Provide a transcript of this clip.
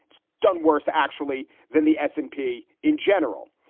it's done worse, actually, than the s and p in general.